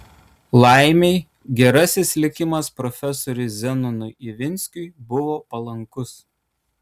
laimei gerasis likimas profesoriui zenonui ivinskiui buvo palankus